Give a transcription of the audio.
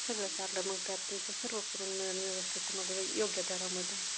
सगळं चाललं मग त्यात सर्व पूर्ण मिळेल व्यवस्थित मध्ये योग्य दरामध्ये